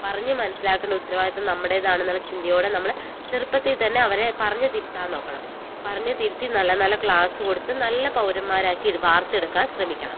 പറഞ്ഞു മനസ്സിലാക്കേണ്ട ഉത്തരവാദിത്തം നമ്മുടേതാണെന്ന ചിന്തയോടെ നമ്മൾ ചെറുപ്പത്തിൽത്തന്നെ അവരെ പറഞ്ഞു തിരുത്താൻ നോക്കണം പറഞ്ഞു തിരുത്തി നല്ല നല്ല ക്ലാസു കൊടുത്ത് നല്ല പൗരന്മാരാക്കി വാർത്തെടുക്കാൻ ശ്രമിക്കണം